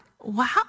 wow